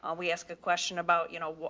ah we ask a question about, you know,